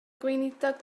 gweinidog